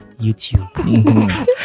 YouTube